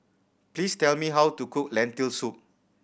please tell me how to cook Lentil Soup